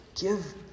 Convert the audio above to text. give